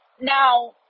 Now